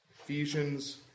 Ephesians